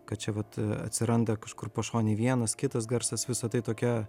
kad čia vat atsiranda kažkur pašonėj vienas kitas garsas visa tai tokia